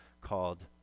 called